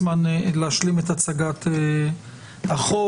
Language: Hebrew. להשלים את הצגת החוק.